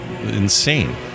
insane